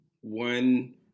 one